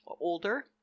older